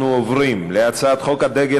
אנחנו עוברים להצעת חוק הדגל,